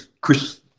Chris